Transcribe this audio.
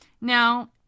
Now